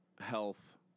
health